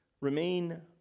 remain